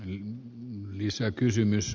eihän niissä kysymys